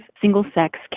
single-sex